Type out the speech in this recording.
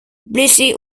blessé